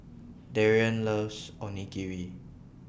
Darrien loves Onigiri